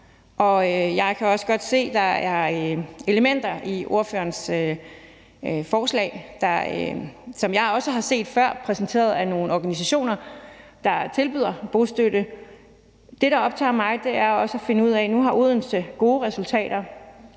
og jeg kan også godt se, at der er elementer i ordførerens forslag, som jeg også har set før præsenteret af nogle organisationer, der tilbyder bostøtte. Det, der optager mig, er også at finde ud af – nu har Odense gode resultater